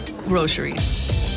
Groceries